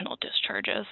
discharges